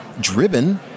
driven